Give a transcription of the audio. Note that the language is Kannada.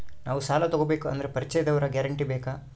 ನಾವು ಸಾಲ ತೋಗಬೇಕು ಅಂದರೆ ಪರಿಚಯದವರ ಗ್ಯಾರಂಟಿ ಬೇಕಾ?